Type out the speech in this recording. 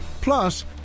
Plus